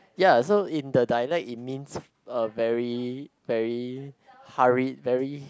ya so in the dialect it means uh very very hurried very